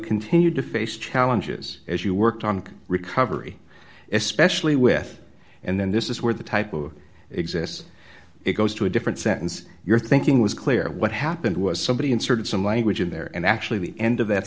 continued to face challenges as you worked on recovery especially with and then this is where the typo exists it goes to a different sentence your thinking was clear what happened was somebody inserted some language in there and actually the end of that